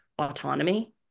autonomy